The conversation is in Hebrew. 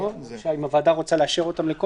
אם הוועדה רוצה לאשר אותם.